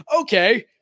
Okay